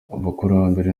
abakurambere